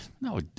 No